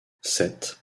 sept